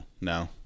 No